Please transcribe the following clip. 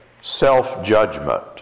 self-judgment